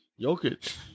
Jokic